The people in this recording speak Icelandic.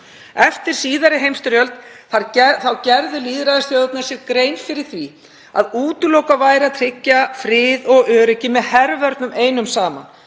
Eftir síðari heimsstyrjöld gerðu lýðræðisþjóðirnar sér grein fyrir því að útilokað væri að tryggja frið og öryggi með hervörnum einum saman.